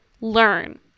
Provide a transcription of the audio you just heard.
learn